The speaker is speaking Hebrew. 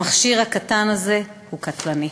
המכשיר הקטן הזה הוא קטלני.